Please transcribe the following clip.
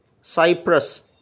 Cyprus